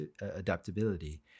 adaptability